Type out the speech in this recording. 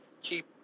keep